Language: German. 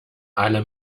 alle